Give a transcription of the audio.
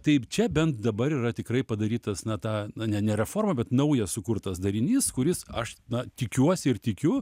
taip čia bent dabar yra tikrai padarytas na ta na ne ne reforma bet naujas sukurtas darinys kuris aš na tikiuosi ir tikiu